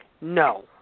No